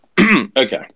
okay